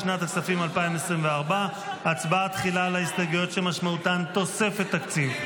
לשנת הכספים 2024. הצבעה תחילה על ההסתייגויות שמשמעותן תוספת תקציב.